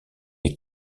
les